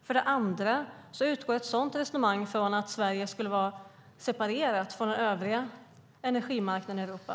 För det andra utgår ett sådant resonemang från att Sverige skulle vara separerat från den övriga energimarknaden i Europa.